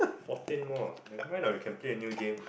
fourteen more never mind lah we can play a new game